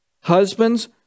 Husbands